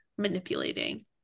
manipulating